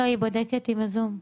לא, בודקת עם הזום.